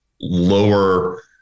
lower